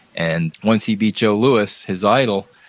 and once he beat joe louis, his idol,